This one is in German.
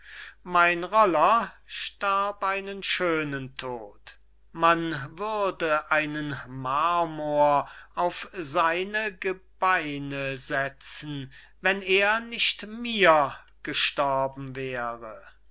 mein roller starb einen schönen tod man würde einen marmor auf seine gebeine setzen wenn er nicht mir gestorben wäre